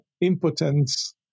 impotence